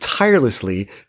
tirelessly